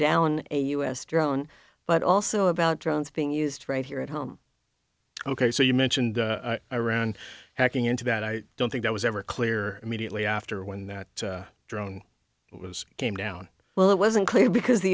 down a u s drone but also about drones being used right here at home ok so you mentioned iran hacking into that i don't think that was ever clear immediately after when that drone came down well it wasn't clear because the